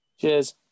Cheers